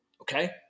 Okay